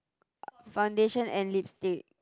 foundation and lipstick